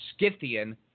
Scythian